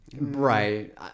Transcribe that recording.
Right